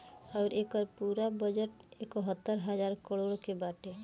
अउर एके पूरा बजट एकहतर हज़ार करोड़ के बाटे